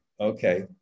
Okay